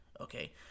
Okay